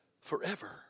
forever